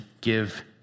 give